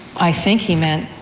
i think he meant,